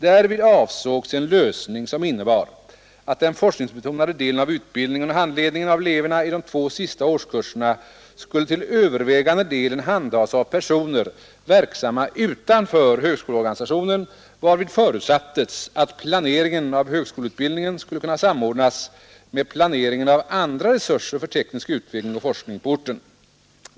Därvid avsågs en lösning som innebar att den forskningsbetonade delen av utbildningen och handledningen av eleverna i de två sista årskurserna skulle till övervägande delen handhas av personer verksamma utanför högskoleorganisationen, varvid förutsattes att planeringen av högskoleutbildningen skulle kunna samordnas med planeringen av andra resurser för teknisk utveckling och forskning på orten.